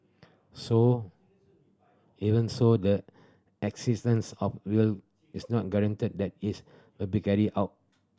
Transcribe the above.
so even so the existence of will is not guarantee that it will be carried out